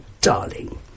darling